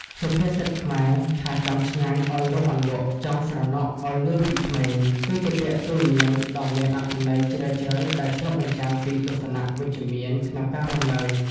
សុភាសិតខ្មែរថា "ចង់ឆ្ងាញ់ ឲ្យរកអន្លក់ / ចង់ស្រណុកឲ្យនឿយពីក្មេង" គឺជាពាក្យទូន្មានដ៏មានអត្ថន័យជ្រាលជ្រៅដែលឆ្លុះបញ្ចាំងពីទស្សនៈវិជ្ជមានក្នុងការរស់នៅ។